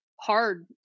hard